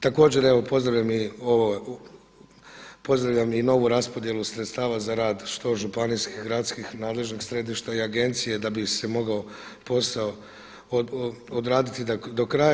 Također evo pozdravljam i novu raspodjelu sredstava za rad što županijskih, gradskih, nadležnih središta i agencije da bi se mogao posao odraditi do kraja.